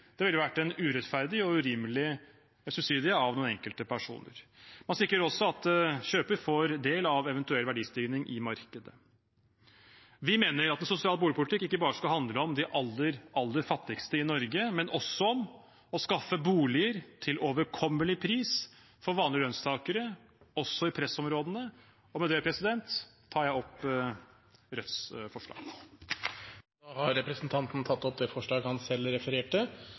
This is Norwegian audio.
Det ville vært en urettferdig og urimelig subsidie av enkelte personer. Man sikrer også at kjøperen får en del av en eventuell verdistigning i markedet. Vi mener at en sosial boligpolitikk ikke bare skal handle om de aller fattigste i Norge, men også om å skaffe boliger til overkommelig pris for vanlige lønnstakere – også i pressområdene. Det er liten tvil om at den dereguleringen av boligmarkedet som ble gjennomført på 1980-tallet, har